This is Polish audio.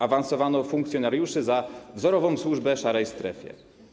Awansowano funkcjonariuszy za wzorową służbę szarej strefie.